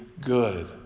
good